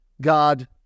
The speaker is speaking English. God